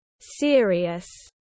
serious